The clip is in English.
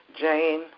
Jane